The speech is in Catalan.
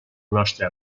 nostre